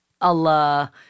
Allah